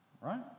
right